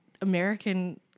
American